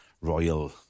Royal